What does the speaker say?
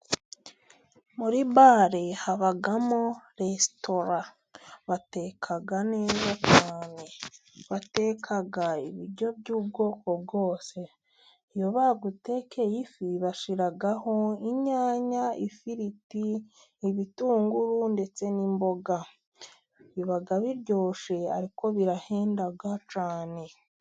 Muri bare habamo resitora, bateka neza cyane. Bateka ibiryo by'ubwoko bwose. Iyo bagutekeye ifi, bashyiraho: inyanya, ifiriti, ibitunguru ndetse n'imboga. Biba biryoshye ariko birahenda cyane.